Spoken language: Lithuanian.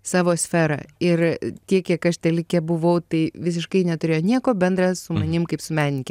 savo sferą ir tiek kiek aš telike buvau tai visiškai neturėjo nieko bendra su manim kaip su menininke